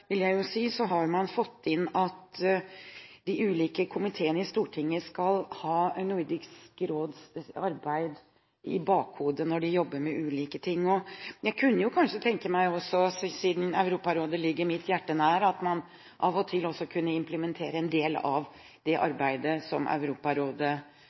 vil jeg si, har man fått inn at de ulike komiteene i Stortinget skal ha Nordisk råds arbeid i bakhodet når de jobber med ulike ting. Jeg kunne kanskje tenke meg, siden Europarådet ligger mitt hjerte nær, at man av og til også kunne implementere en del av det